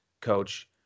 Coach